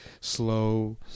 slow